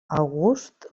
august